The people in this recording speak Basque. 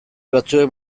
batzuek